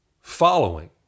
following